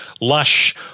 lush